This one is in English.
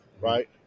right